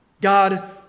god